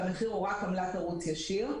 והמחיר הוא רק עמלת ערוץ ישיר,